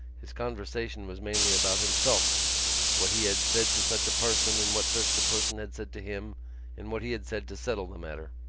his conversation was mainly about himself what he had said to such a person and what such a person had said to him and what he had said to settle the matter.